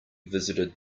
visited